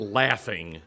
laughing